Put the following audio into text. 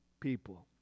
people